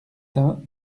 teints